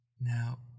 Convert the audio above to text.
Now